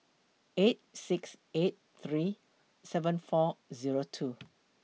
eight six eight three seven four Zero two